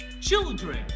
children